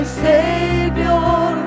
savior